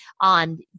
on